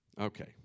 Okay